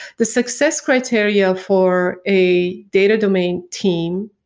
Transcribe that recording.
the success criteria for a data domain team,